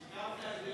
סיכמת את זה